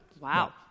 Wow